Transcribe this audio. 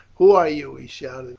who are you? he shouted,